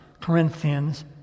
Corinthians